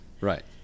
Right